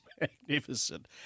magnificent